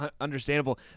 understandable